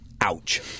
Ouch